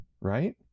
right